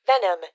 venom